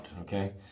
okay